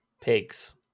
Pigs